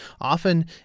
often